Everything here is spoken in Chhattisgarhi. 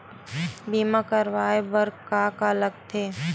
बीमा करवाय बर का का लगथे?